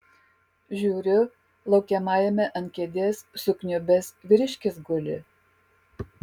žiūriu laukiamajame ant kėdės sukniubęs vyriškis guli